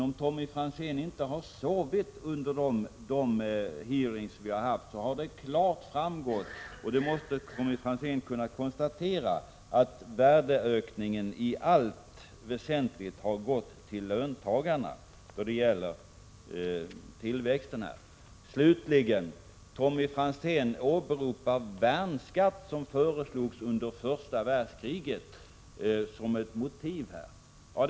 Om Tommy Franzén inte har sovit under de hearings som vi har haft i utskottet måste han ha fått klart för sig att värdeökningen i allt väsentligt har gått till löntagarna. Slutligen åberopar Tommy Franzén den värnskatt som föreslogs under första världskriget som ett motiv för den här engångsskatten.